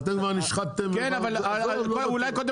אתם כבר נשחקתם.